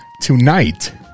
tonight